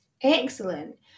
Excellent